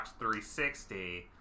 360